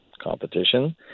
competition